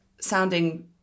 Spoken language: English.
sounding